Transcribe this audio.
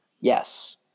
Yes